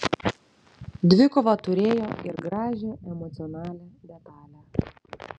dvikova turėjo ir gražią emocionalią detalę